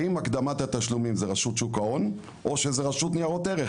האם הקדמת התשלומים זה רשות שוק ההון או רשות ניירות ערך?